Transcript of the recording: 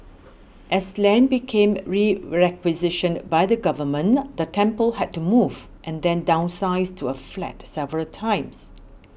as land became requisitioned by the government the temple had to move and then downsize to a flat several times